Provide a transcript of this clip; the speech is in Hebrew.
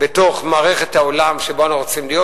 בתוך מערכת העולם שבו אנחנו רוצים להיות,